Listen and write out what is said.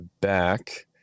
back